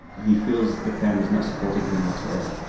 he feels the family's not supporting him whatsoever.